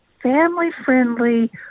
family-friendly